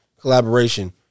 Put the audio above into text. collaboration